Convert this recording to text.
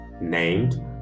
named